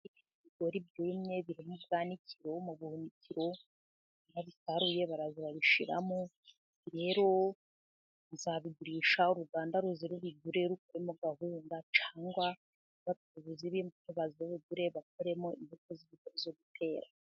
Ibigori byumye biri mu bwanikiro mu buhunikiro, barabisaruye baraza babishyiramo, rero bazabigurisha, uruganda rubigure rukuremo kawunga, cyangwa abatubuzi b'imbuto baze babigure bakoremo imbuto zo gutera.